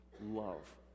love